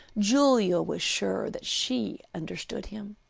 julia was sure that she understood him.